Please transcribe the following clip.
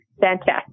fantastic